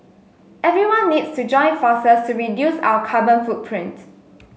everyone needs to join forces to reduce our carbon footprint